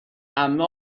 عمه